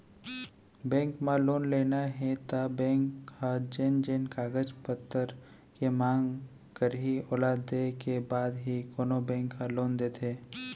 bank म loan लेना हे त बेंक ह जेन जेन कागज पतर के मांग करही ओला देय के बाद ही कोनो बेंक ह लोन देथे